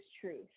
truth